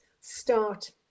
start